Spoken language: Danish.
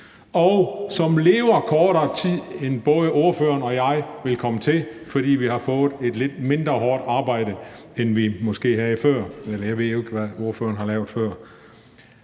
og som lever kortere tid, end både ordføreren og jeg vil komme til, fordi vi har fået et lidt mindre hårdt arbejde, end vi måske havde før – men jeg ved jo ikke, hvad ordføreren har lavet før.